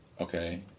okay